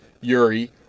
Yuri